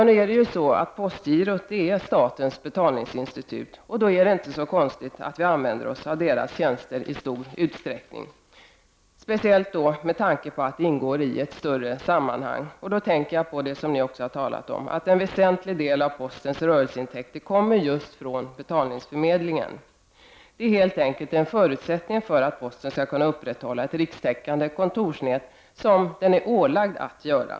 Nu är det ju så, att postgirot är statens betalningsinstitut och då är det inte så konstigt att vi i stor utsträckning använder oss av dess tjänster, speciellt med tanke på att det hela ingår i ett större sammanhang. Då tänker jag på det som också ni har talat om: att en väsentlig del av postens rörelseintäkter kommer från just betalningsförmedlingen. Det är helt enkelt en förutsättning för att posten skall kunna upprätthålla ett rikstäckande kontorsnät, vilket den är ålagd att göra.